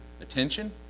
attention